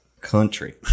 country